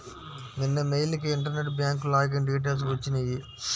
నిన్న మెయిల్ కి internet bank login details వచ్చినియ్యి